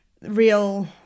real